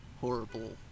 horrible